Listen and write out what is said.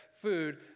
food